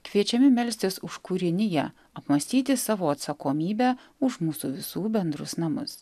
kviečiami melstis už kūriniją apmąstyti savo atsakomybę už mūsų visų bendrus namus